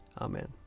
Amen